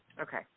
Okay